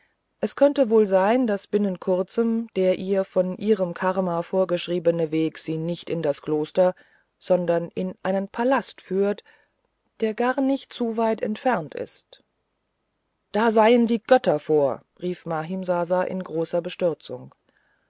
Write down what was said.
es könnte wohl sein daß binnen kurzem der ihr von ihrem karma vorgeschriebene weg sie nicht in das kloster sondern in einen palast führt der nicht gar zu weit entfernt ist da seien die götter vor rief mahimsasa in großer bestürzung